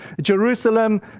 Jerusalem